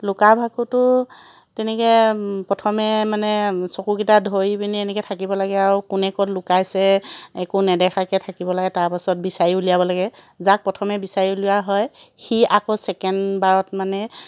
লুকা ভাকুটো তেনেকৈ প্ৰথমে মানে চকুকেইটা ধৰি পিনে এনেকৈ থাকিব লাগে আৰু কোনে ক'ত লুকাইছে একো নেদেখাকৈ থাকিব লাগে তাৰপাছত বিচাৰি উলিয়াব লাগে যাক প্ৰথমে বিচাৰি উলিওৱা হয় সি আকৌ ছেকেণ্ডবাৰত মানে